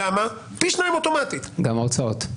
גם ההוצאות.